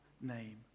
name